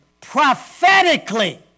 prophetically